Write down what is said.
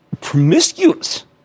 promiscuous